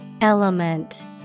Element